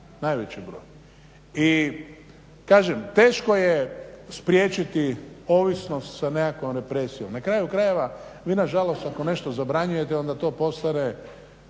Najveći broj. I kažem, teško je spriječiti ovisnost sa nekakvom represijom. Na kraju krajeva vi nažalost ako nešto zabranjujete onda to postane